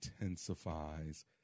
intensifies